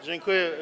Dziękuję.